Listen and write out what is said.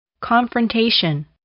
confrontation